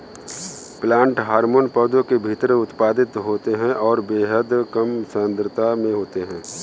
plant hormone पौधों के भीतर उत्पादित होते हैंऔर बेहद कम सांद्रता में होते हैं